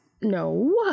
No